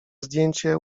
zdjęcie